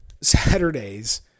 Saturdays